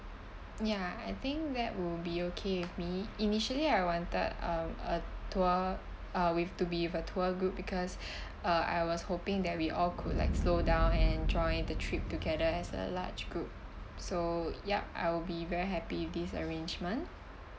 ya I think that would be okay with me initially I wanted um a tour uh with to be with a tour group because uh I was hoping that we all could like slowdown and enjoy the trip together as a large group so yup I'll be very happy with this arrangement